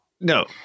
No